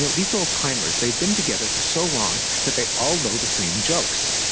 these old timers, they've been together for so long, that they all though the same jokes.